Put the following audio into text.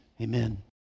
Amen